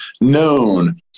known